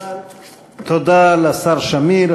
תודה לשר שמיר,